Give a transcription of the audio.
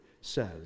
says